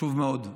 חשוב מאוד.